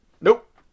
nope